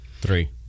Three